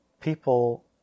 people